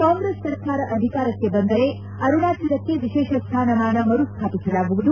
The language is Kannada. ಕಾಂಗ್ರೆಸ್ ಸರ್ಕಾರ ಅಧಿಕಾರಕ್ಕೆ ಬಂದರೆ ಅರುಣಾಚಲಕ್ಕೆ ವಿಶೇಷ ಸ್ಥಾನಮಾನ ಮರುಸ್ಥಾಪಿಸಲಾಗುವುದು